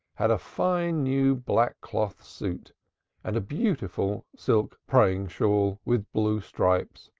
had a fine new black cloth suit and a beautiful silk praying-shawl with blue stripes,